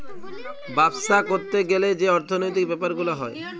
বাপ্সা ক্যরতে গ্যালে যে অর্থলৈতিক ব্যাপার গুলা হ্যয়